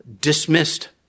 dismissed